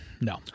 No